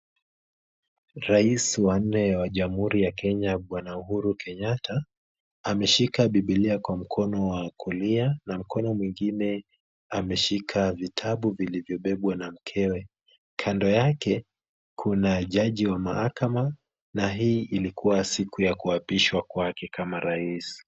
Rais wa nne wa jamhuri ya Kenya Bwana Uhuru Kenyatta ameshika Bibilia kwa mkono wa kulia na mkono mwingine ameshika vitabu vilivyobebwa na mkewe. Kando yake kuna jaji wa mahakama na hii ilikuwa siku ya kuapishwa kwake kama rais.